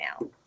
now